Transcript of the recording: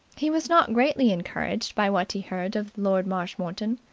he was not greatly encouraged by what he heard of lord marshmoreton.